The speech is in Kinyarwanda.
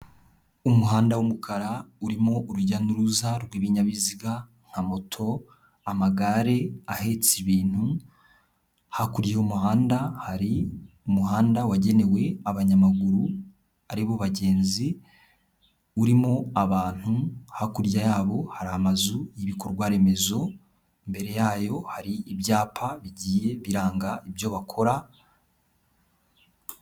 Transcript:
Umuhanda w'umukara urimo urujya n'uruza rw'ibinyabiziga nka moto, amagare ahetse ibintu, hakurya y'umuhanda hari umuhanda wagenewe abanyamaguru ari bo bagenzi, urimo abantu hakurya, yabo hari amazu y'ibikorwaremezo, imbere yayo hari ibyapa bigiye biranga ibyo bakora.